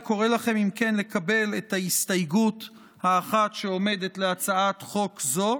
אני קורא לכם לקבל את ההסתייגות האחת שעומדת להצעת חוק זו,